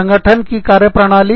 संगठन की कार्यप्रणाली